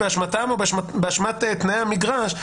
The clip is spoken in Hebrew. באשמתם או באשמת תנאי המגרש,